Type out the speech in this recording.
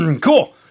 cool